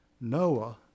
Noah